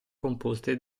composte